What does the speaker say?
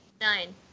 Nine